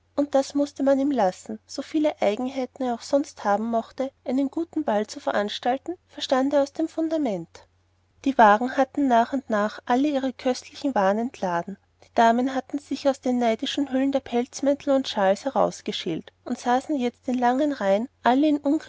und das mußte man ihm lassen so viele eigenheiten er sonst auch haben mochte einen guten ball zu veranstalten verstand er aus dem fundament die wagen hatten nach und nach alle ihre köstlichen waren entladen die damen hatten sich aus den neidischen hüllen der pelzmäntel und schals herausgeschält und saßen jetzt in langen reihen alle